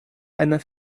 einer